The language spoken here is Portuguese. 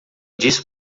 disse